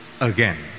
again